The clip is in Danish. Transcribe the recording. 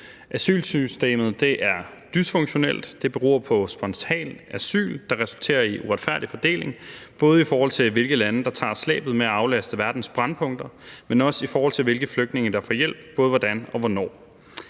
Asylsystemet er dysfunktionelt. Det beror på spontan asyl, der resulterer i uretfærdig fordeling, både i forhold til hvilke lande der tager slæbet med at aflaste verdens brændpunkter, men også i forhold til hvilke flygtninge der får hjælp – både hvordan og hvornår.